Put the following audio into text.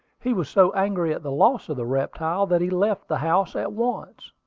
he was so angry at the loss of the reptile that he left the house at once.